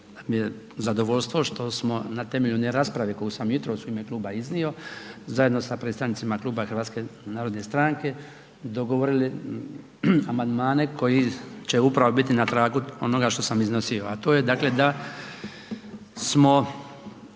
mi je zadovoljstvo što smo na temelju one rasprave koju sam jutros u ime kluba iznio, zajedno sa predstavnicima Kluba Hrvatske narodne stranke, dogovorili amandmane koji će upravo biti na tragu onoga što sam iznosio a to je dakle da smo